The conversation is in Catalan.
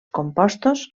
compostos